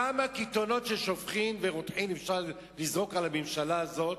כמה קיתונות של שופכין ורותחין אפשר לזרוק על הממשלה הזאת?